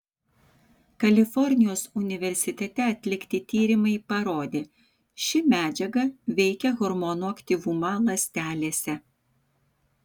kalifornijos universitete atlikti tyrimai parodė ši medžiaga veikia hormonų aktyvumą ląstelėse